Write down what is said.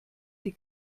die